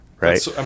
right